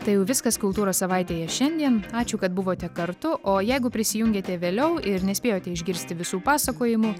tai jau viskas kultūros savaitėje šiandien ačiū kad buvote kartu o jeigu prisijungėte vėliau ir nespėjote išgirsti visų pasakojimų